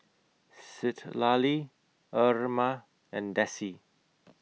Citlalli Irma and Dessie